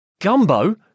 Gumbo